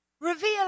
Reveal